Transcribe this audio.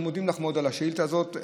אנחנו מודים לך מאוד על השאילתה הזאת.